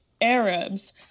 Arabs